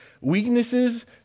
weaknesses